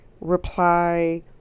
reply